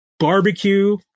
barbecue